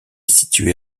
situé